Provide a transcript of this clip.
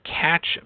catch